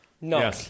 No